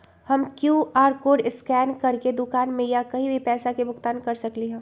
हम QR code scan करके दुकान में या कहीं भी पैसा के भुगतान कर सकली ह?